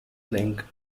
link